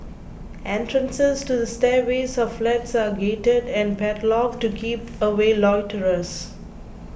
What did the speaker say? entrances to the stairways of flats are gated and padlocked to keep away loiterers